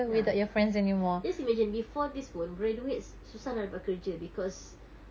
ya just imagine before this pun graduates susah nak dapat kerja because